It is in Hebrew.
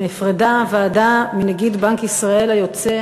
נפרדה הוועדה מנגיד בנק ישראל היוצא.